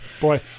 Boy